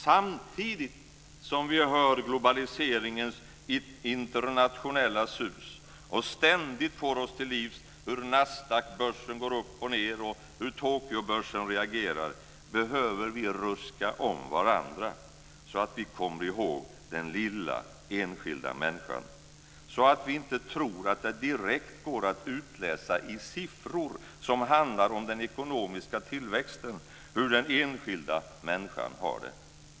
Samtidigt som vi hör globaliseringens internationella sus, och ständigt får oss till livs hur Nasdaqbörsen går upp och ned och hur Tokyobörsen reagerar, behöver vi ruska om varandra, så att vi kommer ihåg den lilla enskilda människan, så att vi inte tror att det direkt går att utläsa i siffror, som handlar om den ekonomiska tillväxten, hur den enskilda människan har det.